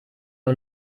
nur